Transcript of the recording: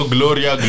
Gloria